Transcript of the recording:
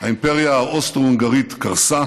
האימפריה האוסטרו-הונגרית קרסה,